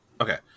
Okay